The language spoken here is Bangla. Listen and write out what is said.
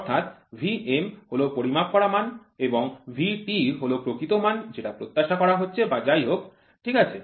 অর্থাৎ Vm হল পরিমাপ করা মান এবং Vt হল প্রকৃত মান যেটা প্রত্যাশা করা হচ্ছে বা যাই হোক ঠিক আছে